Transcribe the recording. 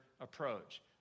approach